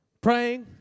Praying